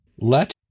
let